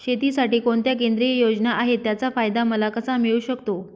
शेतीसाठी कोणत्या केंद्रिय योजना आहेत, त्याचा फायदा मला कसा मिळू शकतो?